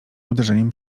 uderzeniem